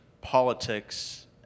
politics